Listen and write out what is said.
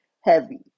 heavy